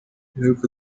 ingaruka